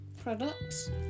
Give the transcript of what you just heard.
products